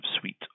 suite